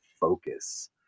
focus